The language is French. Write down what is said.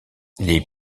les